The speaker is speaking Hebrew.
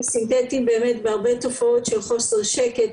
סינתטיים בהרבה תופעות של חוסר שקט,